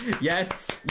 yes